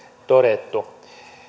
todettu